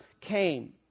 came